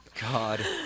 God